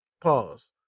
Pause